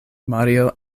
mario